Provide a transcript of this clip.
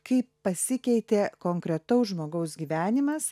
kaip pasikeitė konkretaus žmogaus gyvenimas